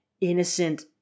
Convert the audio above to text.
innocent